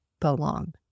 belong